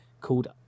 called